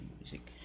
music